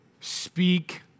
speak